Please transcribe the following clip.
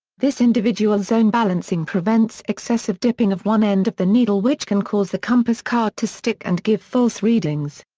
this individual zone balancing prevents excessive dipping of one end of the needle which can cause the compass card to stick and give false readings.